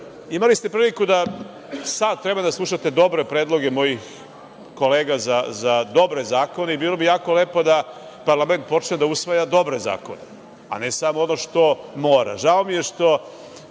itd. Imali ste priliku da sat vremena slušate dobre predloge mojih kolega za dobre zakone i bilo bi jako lepo da parlament počne da usvaja dobre zakone, a ne samo ono što mora. Žao mi je što